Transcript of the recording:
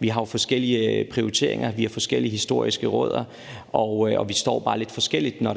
Vi har jo forskellige prioriteringer, vi har forskellige historiske rødder, og vi står bare lidt forskelligt, når